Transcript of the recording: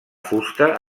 fusta